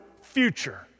future